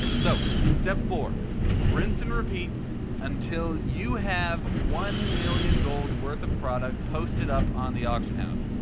so step four rinse and repeat until you have one million gold worth of product posted up on the auction house.